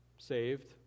Saved